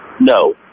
No